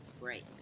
break